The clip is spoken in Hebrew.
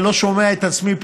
אני לא שומע את עצמי פה,